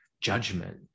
judgment